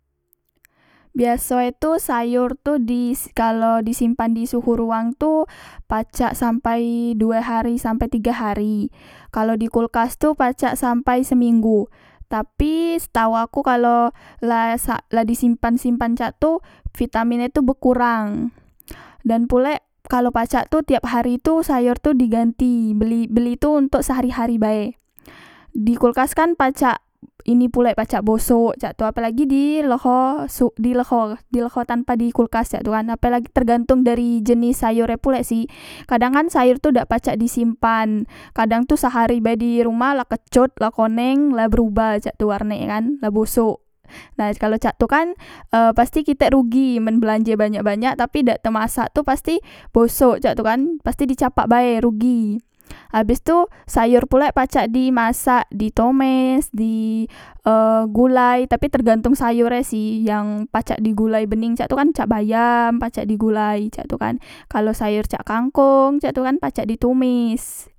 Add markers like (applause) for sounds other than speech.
Biasoe tu sayor tu di kalo disimpan di suhu ruang tu pacak sampai due hari sampai tige hari kalo dikulkas tu pacak sampai seminggu tapi setau aku kalo la sak la di simpan simpan cak tu pitamin e tu bekurang dan pulek kalo pacak tu tiap hari tu sayor tu diganti beli beli tu ontok sehari hari bae di kulkas kan pacak ini pulek pacak bosok cak tu apelagi di leho suk di leho dileho tanpa di kulkas cak tu kan apelagi tergantong dari jenis sayor e pulek si kadangkan sayor tu dak pacak di simpan kadang tu sehari be dirumah la kecot la koneng la berubah cak tu warnek e kan la bosok la kalo cak tu kan e pasti kitek rugi men blanje banyak banyak tapi dak temasak tu pasti bosok cak tu kan pasti di capak bae rugi nah abes tu sayor pulek pacak di masak di tomes di e (hesitation) gulai tapi tergantong sayor e sih yang pacak digulai bening cak tu kan cak bayam pacak di gulai cak tu kan kalo sayor cak kangkong cak tu kan pacak di tomes